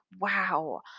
Wow